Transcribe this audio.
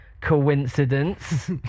Coincidence